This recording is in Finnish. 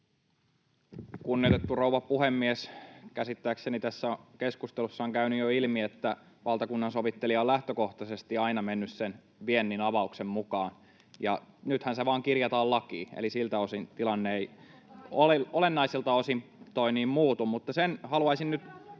Kunnioitettu rouva puhemies! Käsittääkseni tässä keskustelussa on käynyt jo ilmi, että valtakunnansovittelija on lähtökohtaisesti aina mennyt sen viennin avauksen mukaan, ja nythän se vaan kirjataan lakiin, eli siltä osin tilanne ei [Veronika Honkasalon välihuuto] olennaisilta